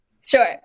Sure